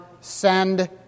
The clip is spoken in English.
send